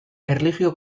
erlijio